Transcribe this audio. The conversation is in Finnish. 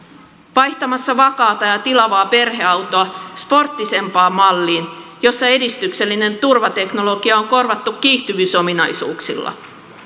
vaihtamassa vakaata ja tilavaa perheautoa sporttisempaan malliin jossa edistyksellinen turvateknologia on korvattu kiihtyvyysominaisuuksilla